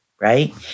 right